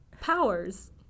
powers